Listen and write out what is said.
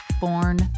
born